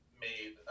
made